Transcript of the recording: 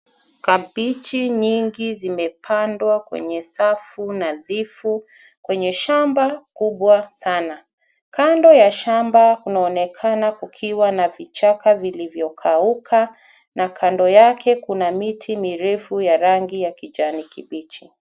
Kabichi nyingi zimepandwa kwenye safu nadhifu kwenye shamba kubwa sana. Kando ya shamba kunaonekana kukiwa na vichaka vilivyo kauka na kando yake kuna miti mirefu ya rangi ya kijani kibichi.